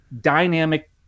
dynamic